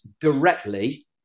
directly